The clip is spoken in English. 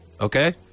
okay